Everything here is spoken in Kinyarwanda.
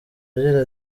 agira